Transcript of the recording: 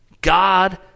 god